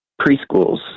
preschools